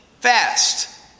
fast